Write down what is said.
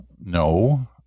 No